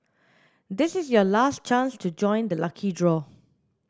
this is your last chance to join the lucky draw